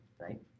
right